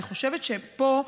אני חושבת שפה,